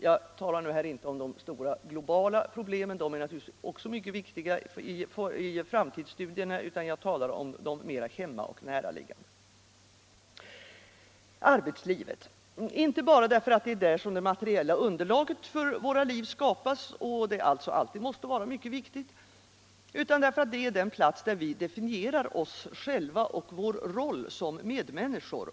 Jag talar nu inte om de stora globala problemen — de är naturligtvis också mycket viktiga i framtidsstudierna — utan jag talar om de mera hemmaoch näraliggande problemen. Jag nämnde arbetslivet inte bara för att det är där det materiella underlaget för vårt liv skapas och att det således alltid måste vara mycket viktigt, utan därför att det är den plats där vi definierar oss själva och vår roll som medmänniskor.